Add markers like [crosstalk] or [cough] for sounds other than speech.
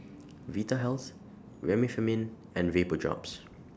[noise] Vitahealth Remifemin and Vapodrops